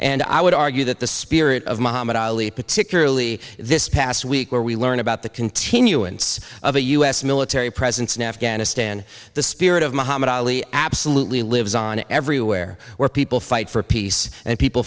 and i would argue that the spirit of muhammad ali particularly this past week where we learned about the continuance of a u s military presence in afghanistan the spirit of muhammad ali absolutely lives on everywhere where people fight for peace and people